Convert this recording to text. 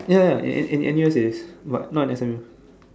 ya ya and and and yours is what not in S_M_U